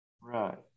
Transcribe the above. Right